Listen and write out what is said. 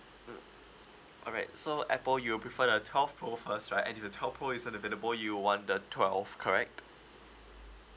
mm alright so Apple you'll prefer the twelve pro first right and if the twelve pro is unavailable you'll want the twelve correct